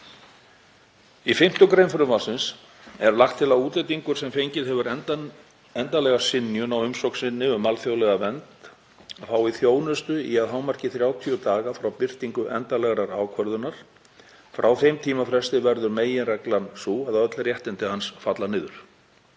Í 5. gr. frumvarpsins er lagt til að útlendingur sem fengið hefur endanlega synjun á umsókn sinni um alþjóðlega vernd fái þjónustu í að hámarki 30 daga frá birtingu endanlegrar ákvörðunar. Frá þeim tímafresti verður meginreglan sú að öll réttindi hans falla niður.